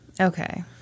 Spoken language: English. Okay